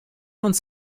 uns